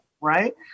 right